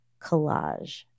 Collage